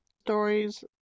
stories